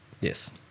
Yes